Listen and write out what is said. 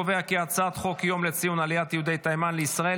חוק יום לציון עליית יהודי תימן לישראל